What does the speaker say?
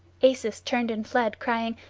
acis turned and fled, crying,